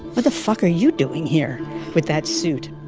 but the fuck are you doing here with that suit?